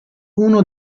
uno